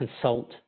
consult